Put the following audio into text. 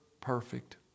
perfect